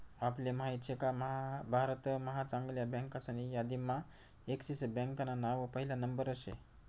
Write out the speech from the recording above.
आपले माहित शेका भारत महा चांगल्या बँकासनी यादीम्हा एक्सिस बँकान नाव पहिला नंबरवर शे